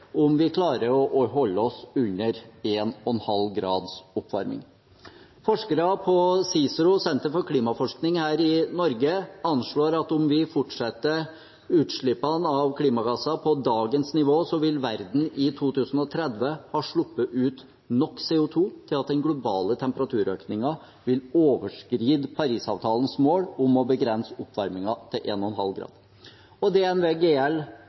om vi klarer å holde oss under 1,5 graders oppvarming. Forskere på CICERO Senter for klimaforskning her i Norge anslår at om vi fortsetter utslippene av klimagasser på dagens nivå, vil verden i 2030 ha sluppet ut nok CO 2 til at den globale temperaturøkningen vil overskride Parisavtalens mål om å begrense oppvarmingen til 1,5 grader. Og